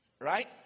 Right